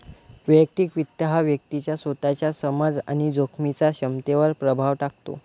वैयक्तिक वित्त हा व्यक्तीच्या स्वतःच्या समज आणि जोखमीच्या क्षमतेवर प्रभाव टाकतो